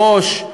בראש,